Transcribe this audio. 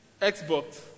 Xbox